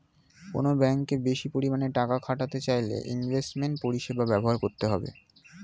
কোনো ব্যাঙ্কে বেশি পরিমাণে টাকা খাটাতে চাইলে ইনভেস্টমেন্ট পরিষেবা ব্যবহার করতে হবে